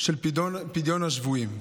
של פדיון השבויים.